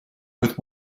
with